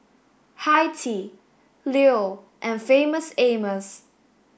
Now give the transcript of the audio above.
Hi Tea Leo and Famous Amos